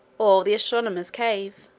or the astronomer's cave,